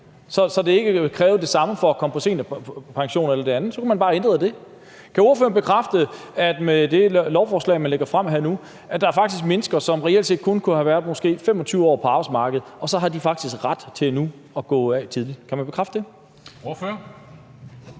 så det ikke krævede det samme at komme på seniorpension eller det andet. Så kunne man bare have ændret det. Kan ordføreren bekræfte, at med det lovforslag, man har fremsat her, er der faktisk mennesker, som reelt set kun har været måske 25 år på arbejdsmarkedet, og så har de faktisk ret til nu at gå af tidligt? Kan man bekræfte det? Kl.